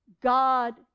God